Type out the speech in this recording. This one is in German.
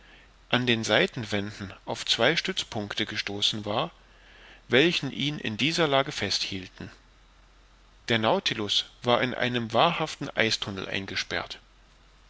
an den seitenwänden auf zwei stützpunkte gestoßen war welche ihn in dieser lage fest hielten der nautilus war in einem wahrhaften eistunnel eingesperrt